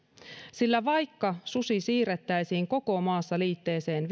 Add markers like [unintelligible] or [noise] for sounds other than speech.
sillä vaikka susi siirrettäisiin koko maassa liitteeseen [unintelligible]